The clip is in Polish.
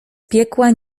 piekła